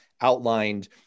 outlined